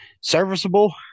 serviceable